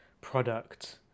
product